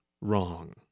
wrong